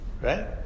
Right